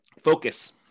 Focus